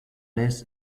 less